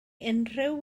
unrhyw